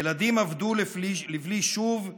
ילדים אבדו לבלי שוב,